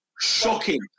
Shocking